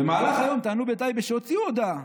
במהלך היום טענו בטייבה כי הוציאו הודעה,